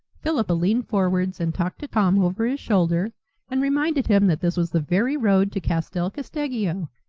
philippa leaned forwards and talked to tom over his shoulder and reminded him that this was the very road to castel casteggio,